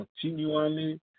continually